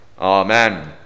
Amen